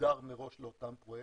שהוגדר מראש לאותם פרויקטים,